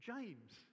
James